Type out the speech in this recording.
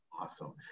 Awesome